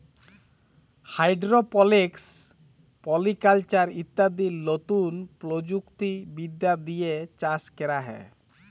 hydroponics, polyculture ইত্যাদি লতুন প্রযুক্তি বিদ্যা দিয়ে চাষ ক্যরা হ্যয়